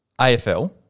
AFL